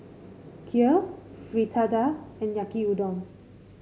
Kheer Fritada and Yaki Udon